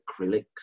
acrylics